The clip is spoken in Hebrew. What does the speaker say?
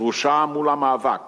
דרושה מול המאבק